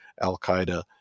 al-qaeda